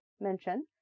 mention